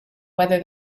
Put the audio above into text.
whether